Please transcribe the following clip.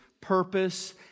purpose